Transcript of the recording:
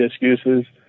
excuses